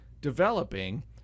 developing